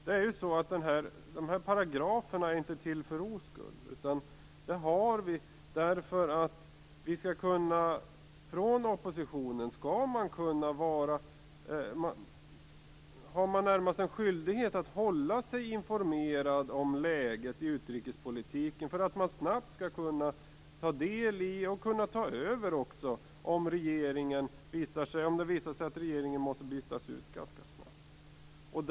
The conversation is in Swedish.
De aktuella paragraferna är inte till för ro skull, utan de finns därför att man från oppositionens sida närmast har en skyldighet att hålla sig informerad om läget i utrikespolitiken, så att man snabbt skall kunna ta del i den och även skall kunna ta över, om det visar sig att regeringen ganska snabbt måste bytas ut.